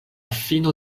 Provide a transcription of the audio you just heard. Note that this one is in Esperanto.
fino